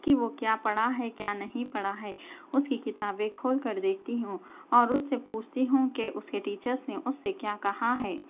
کہ وہ کیا پڑھا ہے کیا نہیں پڑھا ہے اُس کی کتابیں کھول کر دیکھتی ہوں اور اُس سے پوچھتی ہوں کہ اس کے ٹیچرس نے اُس سے کیا کہا ہے